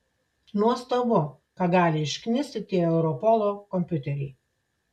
nuostabu ką gali išknisti tie europolo kompiuteriai